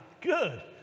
good